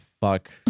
fuck